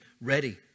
ready